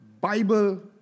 Bible